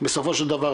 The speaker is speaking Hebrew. בסופו של דבר,